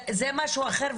זה משהו אחר,